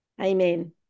amen